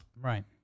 Right